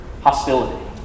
hostility